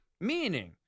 Meaning